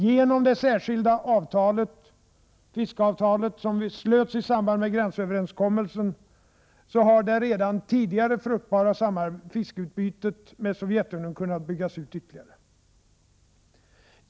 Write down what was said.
Genom det särskilda fiskeavtal som slöts i samband med gränsöverenskommelsen har det redan tidigare fruktbara fiskeutbytet med Sovjetunionen ytterligare kunnats bygga ut.